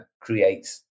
creates